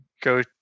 go